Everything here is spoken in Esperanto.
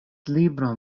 libron